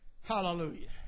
hallelujah